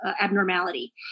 abnormality